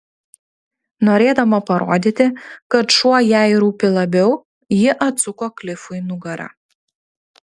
norėdama parodyti kad šuo jai rūpi labiau ji atsuko klifui nugarą